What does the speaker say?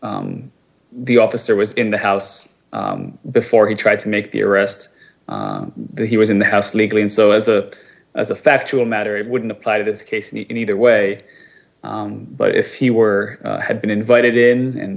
the officer was in the house before he tried to make the arrest he was in the house legally and so as a as a factual matter it wouldn't apply to this case and either way but if he were had been invited in and